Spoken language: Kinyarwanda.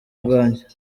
bwanjye